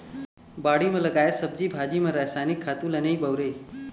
बाड़ी म लगाए सब्जी भाजी म रसायनिक खातू ल नइ बउरय